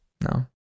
no